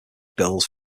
bills